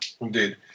Indeed